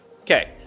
Okay